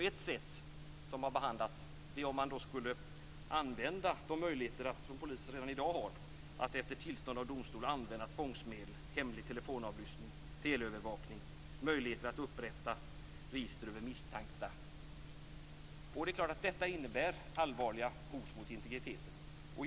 Ett sätt som har behandlats är att använda de möjligheter som poliser redan i dag har, att efter tillstånd av domstol använda tvångsmedlen hemlig telefonavlyssning och teleövervakning och ge möjligheter att upprätta register över misstänkta. Det är klart att detta innebär allvarliga hot mot integriteten.